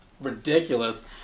ridiculous